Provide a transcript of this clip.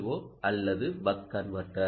ஓ அல்லது buck converter